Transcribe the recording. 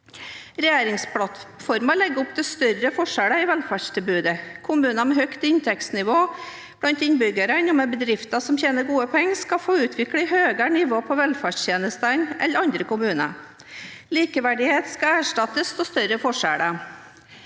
og erklæringsdebatt, andre dag 135 i velferdstilbudet. Kommuner med høyt inntektsnivå blant innbyggerne og med bedrifter som tjener gode penger, skal få utvikle høyere nivå på velferdstjenestene enn andre kommuner. Likeverdighet skal erstattes av større forskjeller.